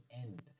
end